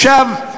עכשיו,